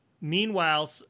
Meanwhile